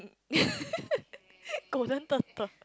golden turtle